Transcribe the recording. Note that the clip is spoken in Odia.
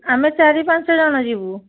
ଆମେ ଚାରି ପାଞ୍ଚ ଜଣ ଯିବୁ